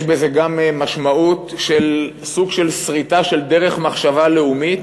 יש בזה גם משמעות של סוג של סריטה של דרך מחשבה לאומית